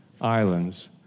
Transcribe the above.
islands